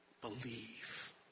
believe